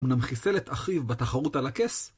הוא גם חיסל את אחיו בתחרות על הכס?